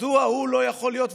מדוע הוא לא יכול להיות?